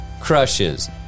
crushes